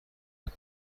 است